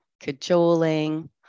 cajoling